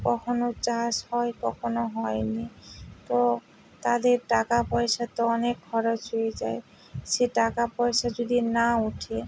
কখনও চাষ হয় কখনও হয় নি তো তাদের টাকা পয়সা তো অনেক খরচ হয়ে যায় সে টাকা পয়সা যদি না ওঠে